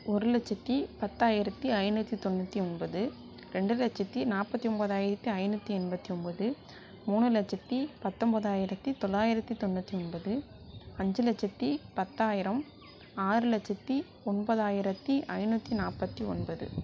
ஒரு லட்சத்து பத்தாயிரத்து ஐநூற்றி தொன்னூற்றி ஒன்பது ரெண்டு லட்சத்து நாற்பத்தி ஒம்போதாயிரத்து ஐநூற்றி எண்பத்து ஒம்பது மூணு லட்சத்து பத்தொம்போதாயிரத்து தொளாயிரத்து தொன்னூற்றி ஒன்பது அஞ்சு லட்சத்து பத்தாயிரம் ஆறு லட்சத்து ஒன்பதாயிரத்து ஐநூற்றி நாற்பத்தி ஒன்பது